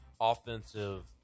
offensive